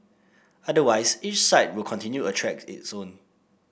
otherwise each site will continue to attract its own